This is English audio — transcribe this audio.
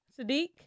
Sadiq